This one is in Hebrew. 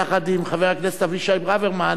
יחד עם חבר הכנסת אבישי ברוורמן,